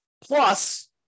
Plus